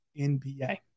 NBA